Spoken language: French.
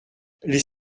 les